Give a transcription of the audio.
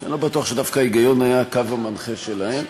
שאני לא בטוח שדווקא ההיגיון היה הקו המנחה שלהן.